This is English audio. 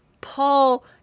Paul